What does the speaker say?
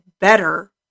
better